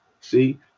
See